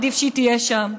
עדיף שהיא תהיה שם.